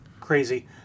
crazy